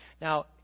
Now